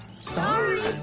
Sorry